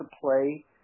play